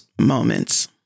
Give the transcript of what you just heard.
moments